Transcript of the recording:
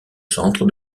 centre